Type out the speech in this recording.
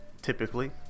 typically